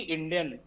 Indian